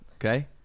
Okay